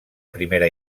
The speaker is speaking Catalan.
primera